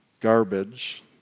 garbage